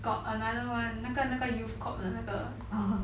got another one 那个那个 youth corp 的那个